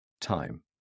Time